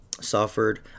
suffered